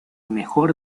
mejor